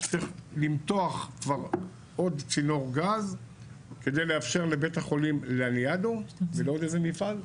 צריך למתוח עוד צינור גז כדי לאפשר לבית החולים לניאדו ולעוד איזה מפעל,